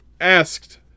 asked